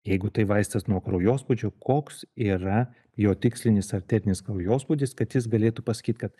jeigu tai vaistas nuo kraujospūdžio koks yra jo tikslinis arterinis kraujospūdis kad jis galėtų pasakyt kad